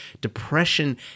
Depression